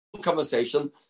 conversation